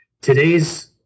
today's